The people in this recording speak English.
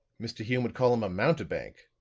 mr. hume would call him a mountebank,